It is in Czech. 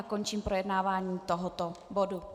Končím projednávání tohoto bodu.